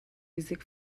music